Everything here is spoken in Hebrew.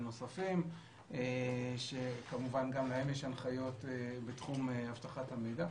נוספים שגם להם יש הנחיות בתחום אבטחת המידע.